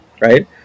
right